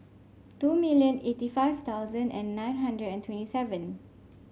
two million eighty five thousand and nine hundred and twenty seven